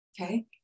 Okay